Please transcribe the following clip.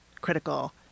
critical